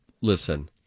Listen